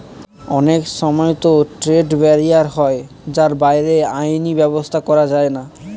অনেক সময়তো trade barrier হয় যার বাইরে আইনি ব্যাবস্থা করা যায়না